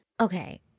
Okay